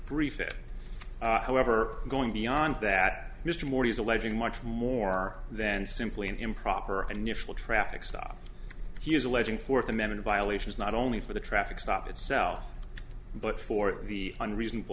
brief it however going beyond that mr moore is alleging much more than simply an improper unusual traffic stop he is alleging fourth amendment violations not only for the traffic stop itself but for the on reasonable